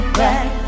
back